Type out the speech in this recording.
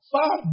Far